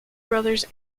brothers